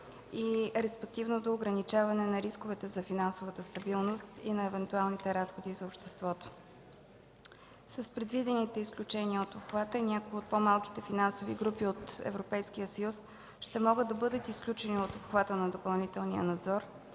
и респективно до ограничаване на рисковете за финансовата стабилност и на евентуалните разходи за обществото. С предвиденото изключение от обхвата някои от по-малките финансови групи от Европейския съюз ще могат да бъдат изключени от обхвата на допълнителния надзор,